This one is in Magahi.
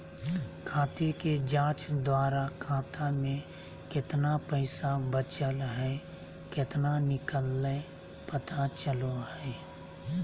खाते के जांच द्वारा खाता में केतना पैसा बचल हइ केतना निकलय पता चलो हइ